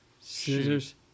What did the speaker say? scissors